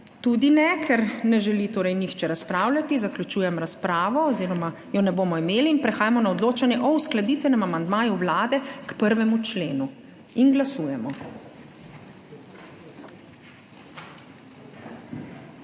Tudi ne. Ker ne želi torej nihče razpravljati, zaključujem razpravo oz. Je ne bomo imeli. Prehajamo na odločanje o uskladitvenem amandmaju Vlade k 1. členu. Glasujemo.